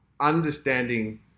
understanding